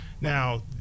Now